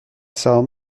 سهام